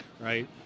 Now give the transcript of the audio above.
right